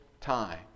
time